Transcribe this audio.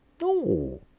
No